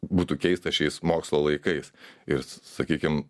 būtų keista šiais mokslo laikais ir sakykim